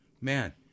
Man